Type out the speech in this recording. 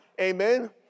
Amen